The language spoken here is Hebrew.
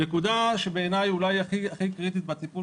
נקודה שבעיניי היא הכי קריטית בטיפול